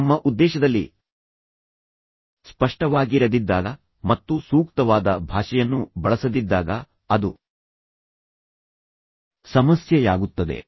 ತಮ್ಮ ಉದ್ದೇಶದಲ್ಲಿ ಸ್ಪಷ್ಟವಾಗಿರದಿದ್ದಾಗ ಮತ್ತು ಸೂಕ್ತವಾದ ಭಾಷೆಯನ್ನು ಬಳಸದಿದ್ದಾಗ ಅದು ಸಮಸ್ಯೆಯಾಗುತ್ತದೆ